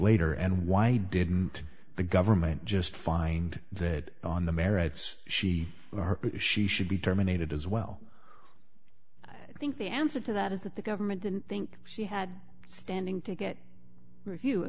later and why didn't the government just find that on the merits she she should be terminated as well i think the answer to that is that the government didn't think she had standing to get you